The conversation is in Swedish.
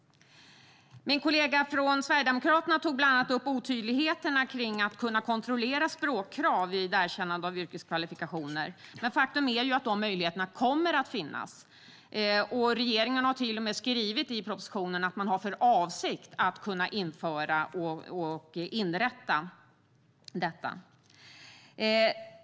Min kollega från Sverigedemokraterna tog bland annat upp otydligheterna kring att kunna kontrollera språkkrav vid erkännande av yrkeskvalifikationer. Men faktum är att de möjligheterna kommer att finnas. Regeringen har till och med skrivit i propositionen att man har för avsikt att införa och inrätta detta.